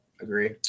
Agree